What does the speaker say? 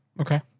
Okay